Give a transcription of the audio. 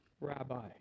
rabbi